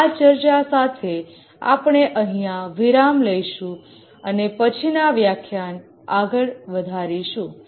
આ ચર્ચા સાથે આપણે અહીંયા વિરામ લેશે અને પછીના વ્યાખ્યાન આગળ વધશુ